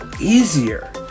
easier